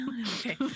Okay